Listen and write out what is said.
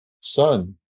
son